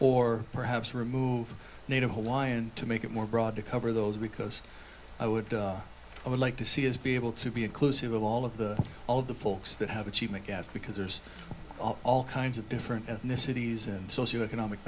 or perhaps remove native hawaiian to make it more broad to cover those because i would i would like to see is be able to be inclusive of all of the all of the folks that have achievement gaps because there's all kinds of different ethnicities and socio economic